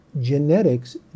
genetics